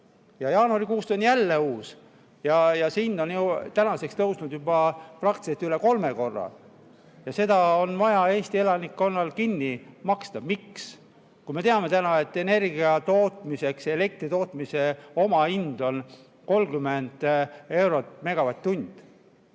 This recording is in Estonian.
Ja jaanuarikuust on jälle uus. See hind on ju tänaseks tõusnud juba praktiliselt üle kolme korra. See on vaja Eesti elanikkonnal kinni maksta. Miks? Me teame täna, et energia tootmise, elektri tootmise omahind on 30 eurot megavatt-tund.